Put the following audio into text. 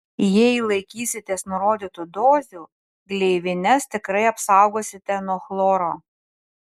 jei laikysitės nurodytų dozių gleivines tikrai apsaugosite nuo chloro